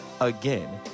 Again